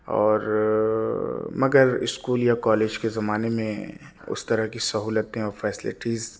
اور مگر اسکول یا کالج کے زمانے میں اس طرح کی سہولتیں اور فیسلیٹیز